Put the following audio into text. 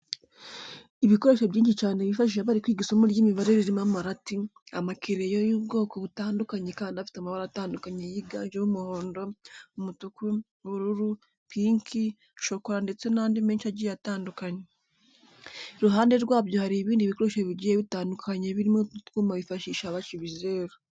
Ibikoresho byinshi cyane bifashisha bari kwiga isomo ry'imibare ririmo amarati, amakereyo y'ubwoko butandukanye kandi afite amabara atandukanye yiganjemo umuhondo, umutuku, ubururu, pinki, shokora ndetse n'andi menshi agiye atandatukanye. Iruhande rwabyo hari ibindi bikoresho bigiye bitandukanye birimo n'utwuma bifashisha baca ibizeru.